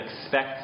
expect